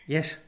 Yes